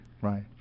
right